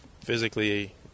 physically